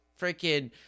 freaking